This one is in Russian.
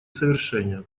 совершение